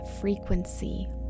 frequency